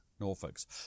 Norfolks